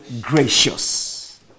gracious